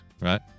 right